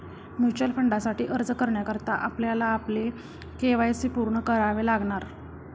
mutual फंडासाठी अर्ज करण्याकरता आपल्याला आपले के.वाय.सी पूर्ण करावे लागणार